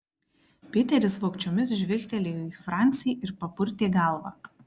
piteris vogčiomis žvilgtelėjo į francį ir papurtė galvą